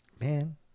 Man